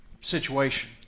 situation